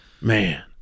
Man